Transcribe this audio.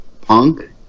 punk